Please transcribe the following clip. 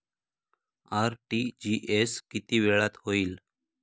RTGS किती वेळात होईल?